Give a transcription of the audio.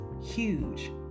huge